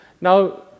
Now